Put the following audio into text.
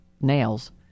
nails